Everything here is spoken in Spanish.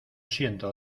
siento